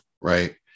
Right